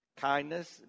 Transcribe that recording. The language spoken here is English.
Kindness